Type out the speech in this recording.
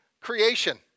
creation